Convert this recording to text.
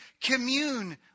commune